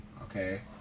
okay